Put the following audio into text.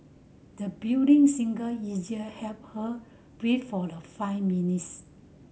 the building singer easier help her breath for the five minutes